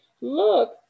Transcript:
Look